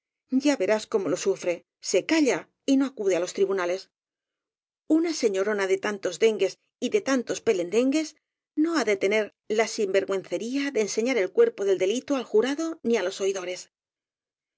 ya verás cómo lo sufre se calla y no acude á los tribunales una señoronade tan tos dengues y de tantos pelendengues no ha de tener la sinvergüencería de enseñar el cuerpo del delito al jurado ni á los